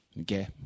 okay